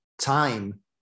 time